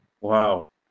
Wow